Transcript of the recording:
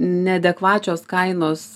neadekvačios kainos